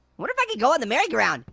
wonder if i can go on the merry-go-round.